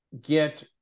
get